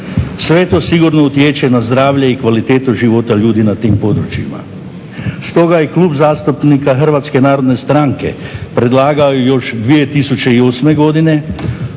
Sve to sigurno utječe na zdravlje i kvalitetu života ljudi na tim područjima. Stoga je Klub zastupnika Hrvatske narodne stranke predlagao još 2008. godine